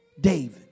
David